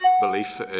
belief